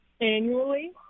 annually